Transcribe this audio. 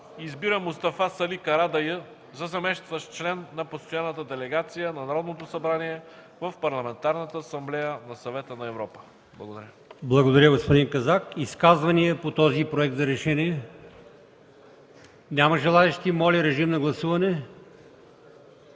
Избира Мустафа Сали Карадайъ за заместващ член на Постоянната делегация на Народното събрание в Парламентарната асамблея на Съвета на Европа.” Благодаря. ПРЕДСЕДАТЕЛ АЛИОСМАН ИМАМОВ: Благодаря, господин Казак. Изказвания по този проект на решение? Няма желаещи. Моля, режим на гласуване.